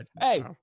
hey